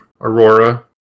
Aurora